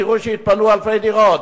תראו שיתפנו אלפי דירות.